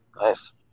Nice